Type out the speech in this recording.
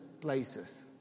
places